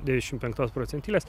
devyniasdešimt penktos procentilės